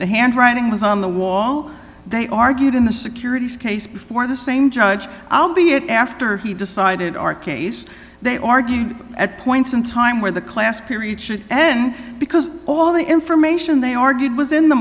the handwriting was on the wall they argued in the securities case before the same judge i'll be it after he decided our case they argued at points in time where the class period should end because all the information they argued was in the